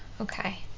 okay